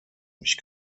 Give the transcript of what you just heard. mich